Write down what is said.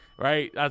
Right